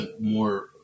more